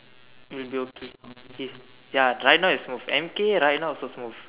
it will be okay ya right now is with M_K right now also smooth